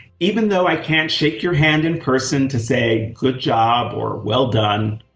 even though i can't shake your hand in person to say good job or well done,